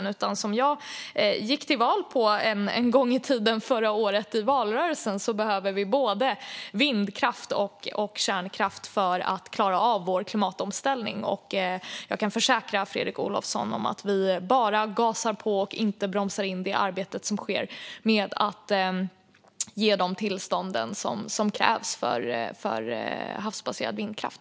Jag anser, som jag gick till val på förra året, att vi behöver både vindkraft och kärnkraft för att klara av vår klimatomställning. Jag kan försäkra Fredrik Olovsson om att vi bara gasar på och inte bromsar in det arbete som sker med att ge de tillstånd som krävs för havsbaserad vindkraft.